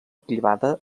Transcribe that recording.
privada